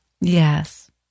Yes